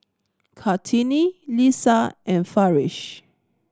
Kartini Lisa and Farish